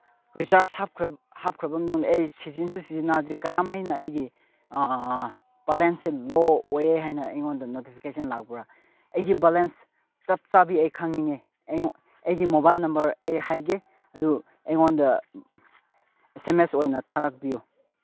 recharge ꯍꯥꯞꯈ꯭ꯔꯕꯅꯨꯡꯗ ꯑꯩ ꯁꯤꯖꯤꯟꯅꯁꯨ ꯁꯤꯖꯤꯟꯅꯗ꯭ꯔꯤ ꯀꯔꯝꯃꯥꯏꯅ ꯑꯩꯒꯤ ꯕꯂꯦꯟꯁꯁꯦ ꯂꯣ ꯑꯣꯏꯌꯦ ꯍꯥꯏꯅ ꯑꯩꯉꯣꯟꯗ ꯅꯣꯇꯤꯐꯤꯀꯦꯁꯟ ꯂꯥꯛꯄ꯭ꯔꯥ ꯑꯩꯒꯤ ꯕꯂꯦꯟꯁ ꯆꯞ ꯆꯥꯕꯤ ꯑꯩ ꯈꯪꯅꯤꯡꯉꯦ ꯑꯩꯒꯤ ꯃꯣꯕꯥꯏꯜ ꯅꯝꯕꯔ ꯑꯩ ꯍꯥꯏꯒꯦ ꯑꯗꯨ ꯑꯩꯉꯣꯟꯗ ꯑꯦꯁ ꯑꯦꯝ ꯑꯦꯁ ꯑꯣꯏꯅ ꯊꯥꯔꯛꯄꯤꯌꯣ